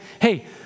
hey